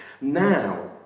Now